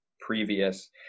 previous